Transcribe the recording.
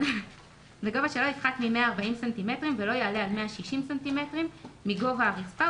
בגובה שלא יפחת מ-140 סנטימטרים ולא יעלה על 160 סנטימטרים מגובה הרצפה,